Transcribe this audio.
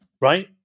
right